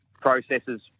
processes